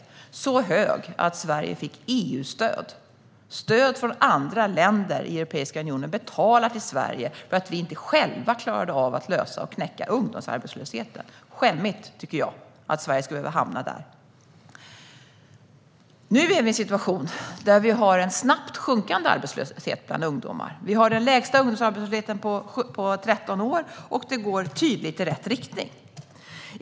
Den var så hög att Sverige fick EU-stöd för att få bukt med den - andra länder i Europeiska unionen betalade för Sverige för att vi inte själva klarade av att lösa och knäcka ungdomsarbetslösheten. Det var skämmigt, tycker jag, att Sverige skulle behöva hamna där. Nu är vi i en situation där vi har en snabbt sjunkande arbetslöshet bland ungdomar. Vi har den lägsta ungdomsarbetslösheten på 13 år, och det går tydligt i rätt riktning.